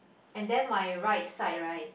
and then my right side right